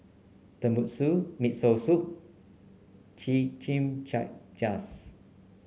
Tenmusu Miso Soup